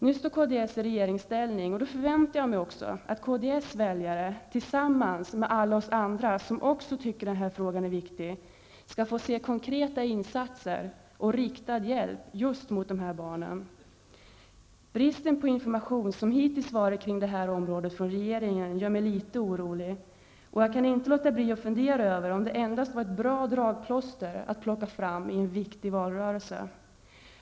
Nu är kds i regeringsställning, och då förväntar jag mig också att kds väljare tillsammans med alla oss andra, som också tycker att den här frågan är viktig, skall få se konkreta insatser och riktad hjälp just mot de här barnen. Bristen på information från regeringen hittills om detta gör mig litet orolig, och jag kan inte låta bli att fundera över om det endast var ett bra dragplåster att plocka fram i en viktig valrörelse.